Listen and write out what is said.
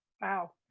Wow